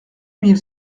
mille